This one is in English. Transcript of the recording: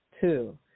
Two